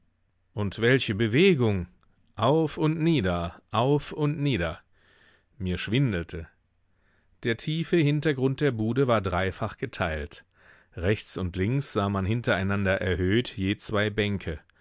und welche bewegung auf und nieder auf und nieder mir schwindelte der tiefe hintergrund der bude war dreifach geteilt rechts und links sah man hintereinander erhöht je zwei bänke